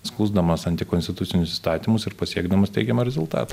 skųsdamas antikonstitucinius įstatymus ir pasiekdamas teigiamą rezultatą